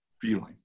feeling